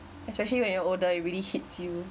especially when you're older it really hits you